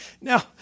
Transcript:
Now